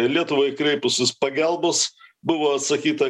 lietuvai kreipusis pagalbos buvo atsakyta